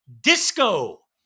disco